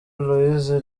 loise